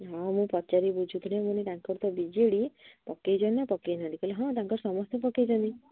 ହଁ ମୁଁ ପଚାରି ବୁଝୁଥିଲି ମୁଁ ତାଙ୍କର ତ ବି ଜେ ଡି ପକେଇଛ ନା ପକେଇନ କହିଲେ ହଁ ତାଙ୍କର ସମସ୍ତେ ପକେଇଛନ୍ତି